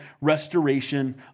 restoration